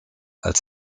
als